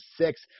six